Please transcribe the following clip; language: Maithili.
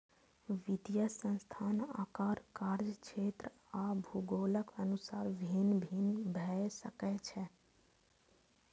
वित्तीय संस्थान आकार, कार्यक्षेत्र आ भूगोलक अनुसार भिन्न भिन्न भए सकै छै